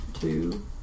two